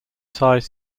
size